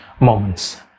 moments